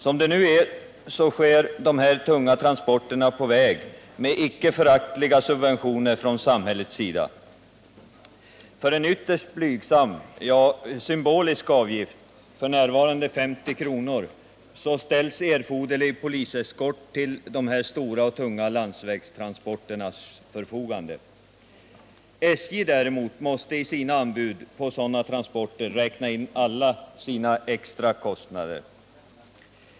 Som det nu är, sker de här tunga transporterna på väg med icke föraktliga subventioner från samhällets sida. För en ytterst blygsam — ja, symbolisk — avgift, f.n. 50 kr., ställs erforderlig poliseskort till dessa stora och tunga landsvägstransporters förfogande. SJ däremot måste i sina anbud på sådana transporter räkna in alla sina extra kostnader.